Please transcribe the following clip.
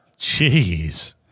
Jeez